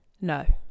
No